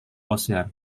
ocean